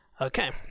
Okay